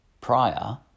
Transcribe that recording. prior